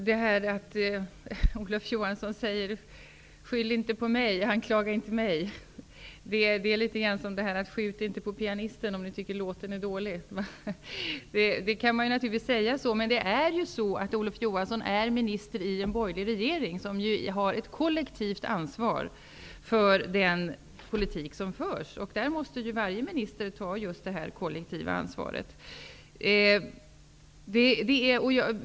Fru talman! Olof Johansson säger: ''Skyll inte på mig! Anklaga inte mig!'' Det låter litet grand som att man inte skall skjuta på pianisten om man tycker att låten är dålig. Man kan naturligtvis säga så, men Olof Johansson är ju minister i en borgerlig regering som har ett kollektivt ansvar för den politik som förs. Där måste varje minister ta detta kollektiva ansvar.